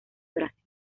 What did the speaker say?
brasil